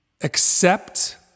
accept